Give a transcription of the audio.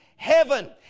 Heaven